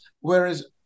Whereas